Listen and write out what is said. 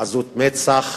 עזות מצח,